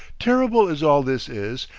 terrible as all this is,